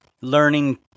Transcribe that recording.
learning